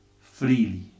Freely